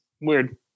weird